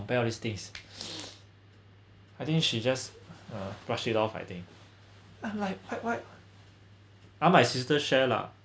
~pare all these things I think she just uh brush it off I think I like what what I like my sister share lah